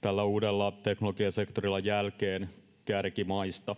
tällä uudella teknologiasektorilla jälkeen kärkimaista